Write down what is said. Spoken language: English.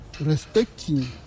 respecting